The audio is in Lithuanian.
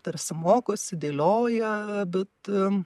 tarsi mokosi dėlioja bet